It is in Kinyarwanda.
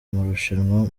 marushanwa